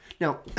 Now